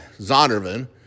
Zondervan